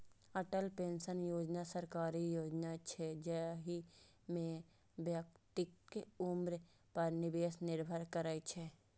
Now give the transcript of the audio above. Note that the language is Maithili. अटल पेंशन योजना सरकारी योजना छियै, जाहि मे व्यक्तिक उम्र पर निवेश निर्भर करै छै